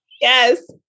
Yes